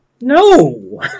No